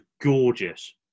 gorgeous